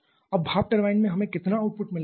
अब भाप टरबाइन से हमें कितना आउटपुट मिल रहा है